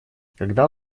когда